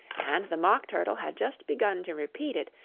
and the mock turtle had just begun to repeat it,